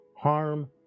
harm